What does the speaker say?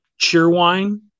Cheerwine